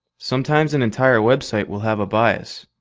sometimes an entire website will have a bias.